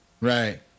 Right